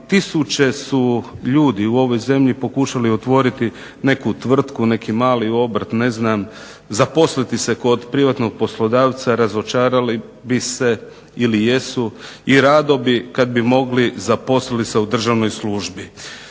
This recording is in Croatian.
tisuće su ljudi u ovoj zemlji pokušali otvoriti neku tvrtku, neki mali obrt ne znam, zaposliti se kod privatnog poslodavca, razočarali bi se i jesu, i rado bi kada bi mogli zaposlili se u državnoj službi.